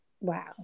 wow